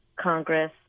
Congress